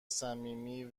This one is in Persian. صمیمی